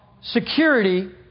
security